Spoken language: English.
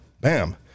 Bam